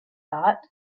thought